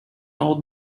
old